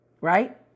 Right